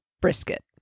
brisket